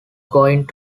going